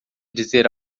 dizer